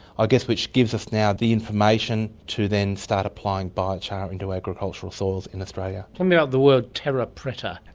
ah guess which gives us now the information to then start applying biochar into agricultural soils in australia. tell me about the word terra preta.